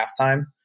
halftime